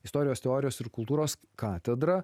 istorijos teorijos ir kultūros katedra